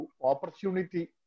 opportunity